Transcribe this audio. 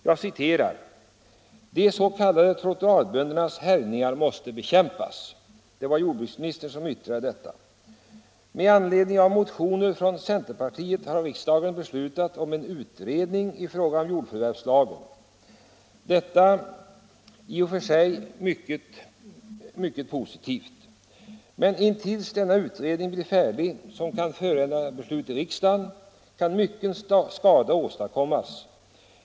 Han yttrade: ”De s.k. trottoarböndernas härjningar måste bekämpas.” Med anledning av motioner från centerpartiet har riksdagen beslutat om en utredning i fråga om jordförvärvslagen. Detta är i och för sig mycket positivt. Men intill dess att denna utredning blir färdig och kan föranleda beslut i riksdagen kan mycken skada åstadkommas.